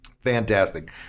Fantastic